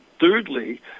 thirdly